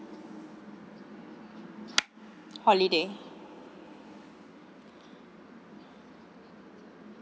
holiday